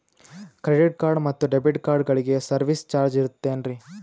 Credit card ಮತ್ತು debit ಕಾರ್ಡಗಳಿಗೆ service charge ಇರುತೇನ್ರಿ?